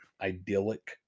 idyllic